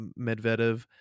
Medvedev